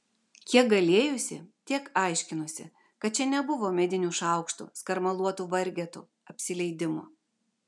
kiek galėjusi tiek aiškinusi kad čia nebuvo medinių šaukštų skarmaluotų vargetų apsileidimo